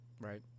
Right